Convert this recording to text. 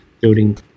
building